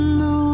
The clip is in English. no